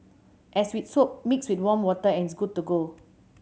as with soap mix with warm water and it's good to go